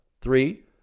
Three